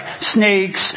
snakes